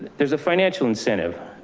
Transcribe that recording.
there's a financial incentive,